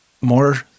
more